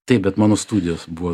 taip bet mano studijos buvo